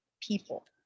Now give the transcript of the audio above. people